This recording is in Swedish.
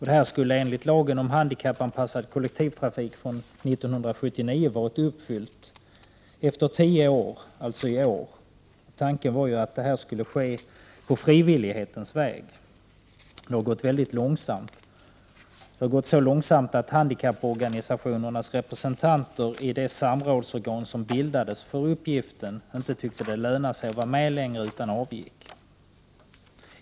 Detta skulle enligt lagen om handikappanpassad kollektivtrafik från 1979 ha varit uppfyllt efter tio år, dvs. i år. Tanken var att detta skulle ske på frivillighetens väg. Det har gått så långsamt att handikapporganisationernas representanter i det samrådsorgan som bildades för uppgiften inte tyckte att det lönade sig att vara med längre utan avgick.